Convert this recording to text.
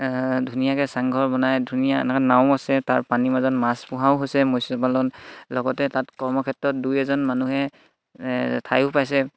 ধুনীয়াকৈ চাংঘৰ বনাই ধুনীয়া এনেকৈ নাও আছে তাৰ পানীৰ মাজত মাছ পোহাও হৈছে মৎস্য পালন লগতে তাত কৰ্মক্ষেত্ৰত দুই এজন মানুহে ঠাইও পাইছে